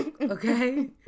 okay